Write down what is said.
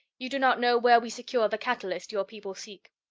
you do not know where we secure the catalyst your people seek.